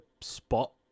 spot